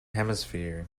hemisphere